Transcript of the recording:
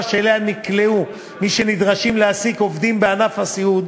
שאליה נקלעו מי שנדרשים להעסיק עובדים בענף הסיעוד,